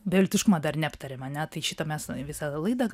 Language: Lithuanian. beviltiškumo dar neaptarėm ar ne tai šitą mes visą laidą gal